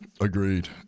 Agreed